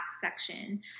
section